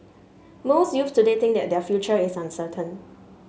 most youth today think that their future is uncertain